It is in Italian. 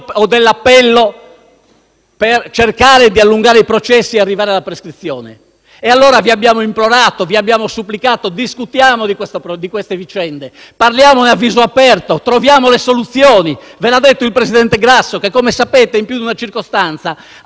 per cercare di allungare i processi e arrivare alla prescrizione. Vi abbiamo implorato e vi abbiamo supplicato: discutiamo di queste vicende, parliamone a viso aperto, troviamo le soluzioni. Ve l'ha detto il presidente Grasso, che, come sapete, in più di una circostanza ha manifestato